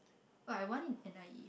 oh I want it and I